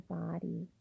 body